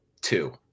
two